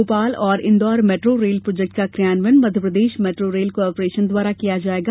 भोपाल और Indore metro rail project का क्रियान्वयन मध्यप्रदेश मेट्रो रेल कार्पोरेशन द्वारा किया जायेगा